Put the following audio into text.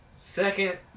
Second